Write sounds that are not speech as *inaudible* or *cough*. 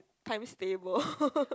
times table *laughs*